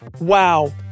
Wow